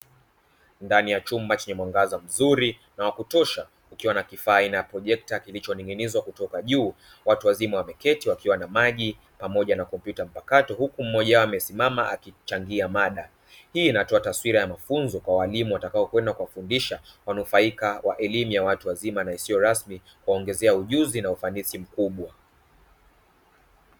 Ndani ya chumba chenye mwangaza mzuri na wakutosha kukiwa na kifaa aina ya projekta kilicho ning'inizwa kutoka juu. Watu wazima wameketi wakiwa na maji pamoja na kompyuta mpakato huku mmoja wao amesimama akichangia mada, hii inatoa taswira ya mafunzo kwa walimu wanaokwenda kuwafundisha wanufaika wa elimu ya watu wazima na isiyo rasmi kuwaongezea ujuzi na ufanisi mkubwa.